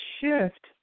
shift